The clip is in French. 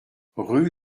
rue